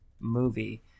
movie